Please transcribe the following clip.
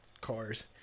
cars